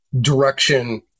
direction